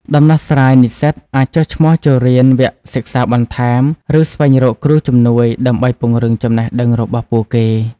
ដំណោះស្រាយនិស្សិតអាចចុះឈ្មោះចូលរៀនវគ្គសិក្សាបន្ថែម ឬស្វែងរកគ្រូជំនួយដើម្បីពង្រឹងចំណេះដឹងរបស់ពួកគេ។